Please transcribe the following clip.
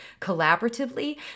collaboratively